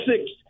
six